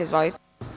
Izvolite.